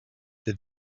that